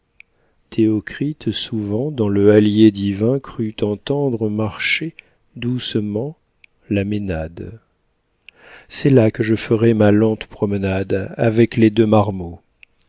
théocrite souvent dans le hallier divin crut entendre marcher doucement la ménade c'est là que je ferai ma lente promenade avec les deux marmots